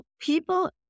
people